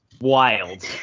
wild